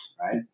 right